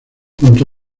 junto